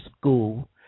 school